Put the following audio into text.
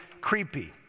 creepy